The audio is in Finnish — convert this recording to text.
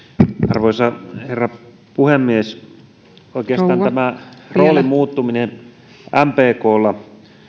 arvoisa rouva puhemies oikeastaan tämä roolin muuttuminen mpklla